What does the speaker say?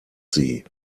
sie